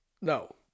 no